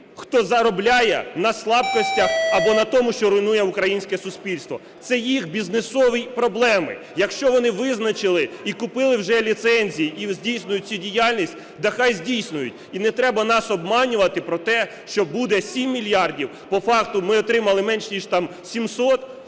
хто заробляє на слабкостях або на тому, що руйнує українське суспільство. Це їх бізнесові проблеми. Якщо вони визначили і купили вже ліцензії, і здійснюють цю діяльність, та хай здійснюють. І не треба нас обманювати про те, що буде 7 мільярдів. По факту ми отримали менше ніж там 700.